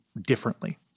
differently